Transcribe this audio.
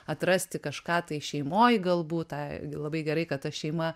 atrasti kažką tai šeimoj galbūt tą labai gerai kad ta šeima